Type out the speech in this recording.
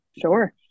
Sure